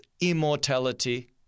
immortality